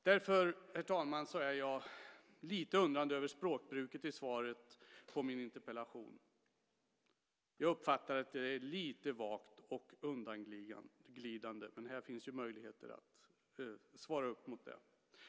Därför, herr talman, är jag lite undrande över språkbruket i svaret på min interpellation. Jag uppfattar att det är lite vagt och undanglidande, men här finns ju möjligheter att svara upp mot det.